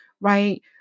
right